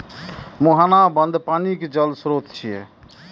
मुहाना बंद पानिक जल स्रोत छियै